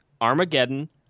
Armageddon